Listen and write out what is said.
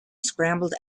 scrambled